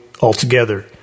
altogether